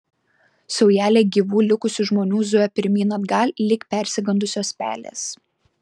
saujelė gyvų likusių žmonių zujo pirmyn atgal lyg persigandusios pelės